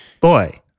Boy